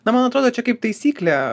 na man atrodo čia kaip taisyklė